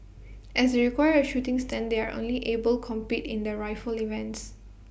as require A shooting stand they are only able compete in the rifle events